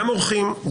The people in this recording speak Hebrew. גם אורחים,